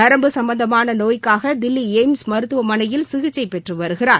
நரம்பு சம்மந்தமானநோய்க்காகதில்லிளய்ம்ஸ் மருத்துவமனையில் சிகிச்சைப்பெற்றுவருகிறார்